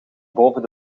boven